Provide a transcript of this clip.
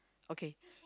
okay